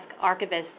archivist